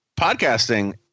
podcasting